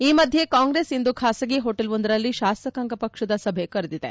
ಈ ಮಧ್ಲೆ ಕಾಂಗ್ರೆಸ್ ಇಂದು ಖಾಸಗಿ ಹೊಟೇಲ್ವೊಂದರಲ್ಲಿ ಶಾಸಕಾಂಗ ಪಕ್ಷದ ಸಭೆ ಕರೆದಿದೆ